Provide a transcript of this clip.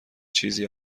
چیزی